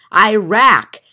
Iraq